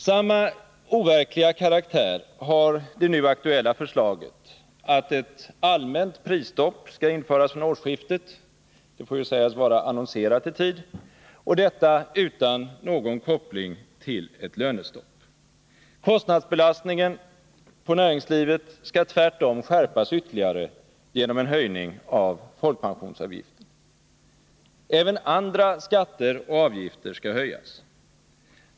Samma overkliga karaktär har det nu aktuella förslaget att ett allmänt prisstopp skall införas från årsskiftet — det får ju sägas vara annonserat i tid — detta utan någon koppling till ett lönestopp. Kostnadsbelastningen på näringslivet skall tvärtom skärpas ytterligare genom en höjning av folkpensionsavgiften. Även andra skatter och avgifter skall höjas.